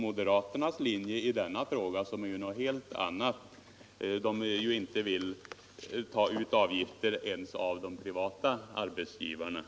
Moderaterna vill ju inte ta ut några avgifter ens av de privata arbetsgivarna, och det är någonting helt annat.